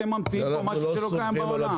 אתם ממציאים משהו שלא קיים בעולם.